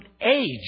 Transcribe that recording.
age